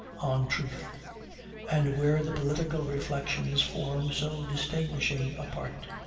on truth and where the political reflections form so distinguishing a part.